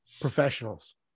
Professionals